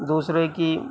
دوسرے کی